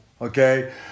okay